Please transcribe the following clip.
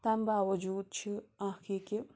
تمہِ باوجوٗد چھِ اَکھ یہِ کہِ